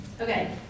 Okay